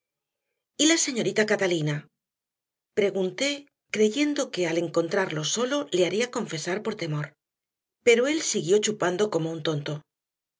la señorita catalina pregunté creyendo que al encontrarlo solo le haría confesar por temor pero él siguió chupando como un tonto